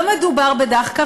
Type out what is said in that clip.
לא מדובר בדאחקה,